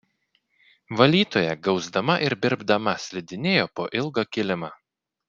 valytoja gausdama ir birbdama slidinėjo po ilgą kilimą